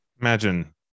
Imagine